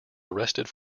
arrested